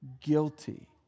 guilty